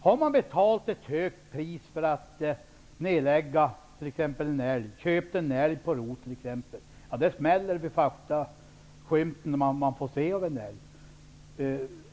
Har man betalat ett högt pris för att nedlägga en älg -- köpt en älg ''på rot'' -- smäller det vid första skymten man får se av en älg.